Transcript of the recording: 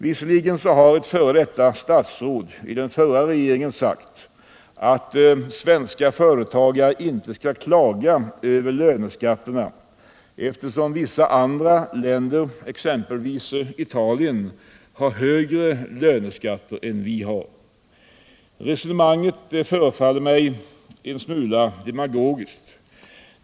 Visserligen har ett f. d. statsråd i den förra regeringen sagt att svenska företagare inte skall klaga över löneskatterna eftersom vissa andra länder, exempelvis Italien, har högre löneskatter. Resonemanget förefaller mig en smula demagogiskt.